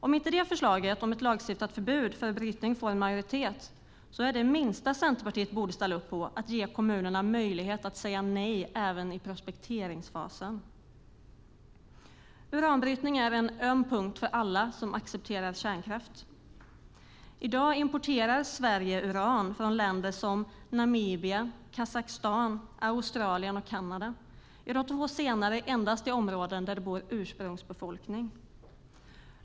Om inte förslaget om ett lagstiftat förbud mot brytning får en majoritet är det minsta som Centerpartiet borde ställa upp på att ge kommunerna en möjlighet att säga nej även i prospekteringsfasen. Uranbrytning är en öm punkt för alla som accepterar kärnkraft. I dag importerar Sverige uran från länder som Namibia, Kazakstan, Australien och Kanada. I de två senare fallen endast från områden där det bor ursprungsbefolkning.